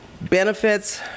benefits